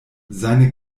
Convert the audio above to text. seine